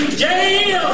jail